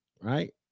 right